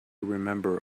remember